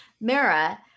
Mara